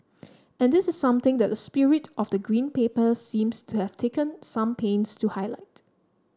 and this is something that the spirit of the Green Paper seems to have taken some pains to highlight